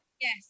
Yes